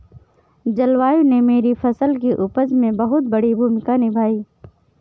जलवायु ने मेरी फसल की उपज में बहुत बड़ी भूमिका निभाई